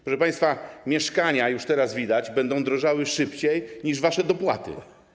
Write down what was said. Proszę państwa, mieszkania, już teraz widać, będą drożały szybciej niż wasze dopłaty.